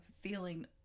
feeling